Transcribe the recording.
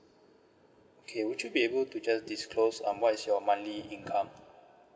okay would you be able to just disclose um what is your monthly income